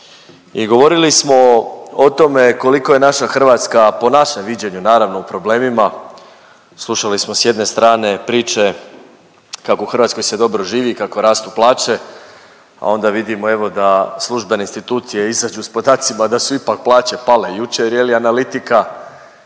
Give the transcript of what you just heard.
i govorili smo o tome koliko je naša Hrvatska, po našem viđenju naravno, u problemima. Slušali smo s jedne strane priče kako u Hrvatskoj se dobro živi, kako rastu plaće, a onda vidimo evo da službene institucije izađu s podacima da su ipak plaće pale jučer je li analitika,